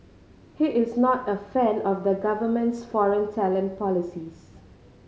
he is not a fan of the government's foreign talent policies